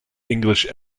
english